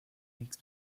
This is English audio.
makes